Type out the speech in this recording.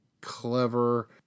clever